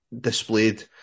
displayed